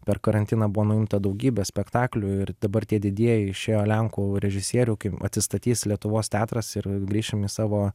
per karantiną buvo nuimta daugybė spektaklių ir dabar tie didieji išėjo lenkų režisierių kai atsistatys lietuvos teatras ir grįšim į savo